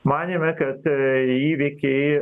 manėme kad a įvykiai